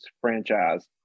franchise